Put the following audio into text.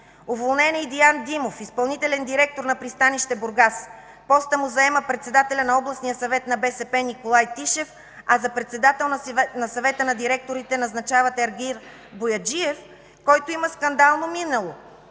Уволнен е и Диян Димов, изпълнителен директор на Пристанище Бургас. Постът му заема председателят на Областния съвет на БСП Николай Тишев, а за председател на Съвета на директорите назначавате Аргир Бояджиев, който има скандално минало